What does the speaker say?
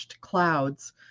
clouds